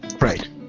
Right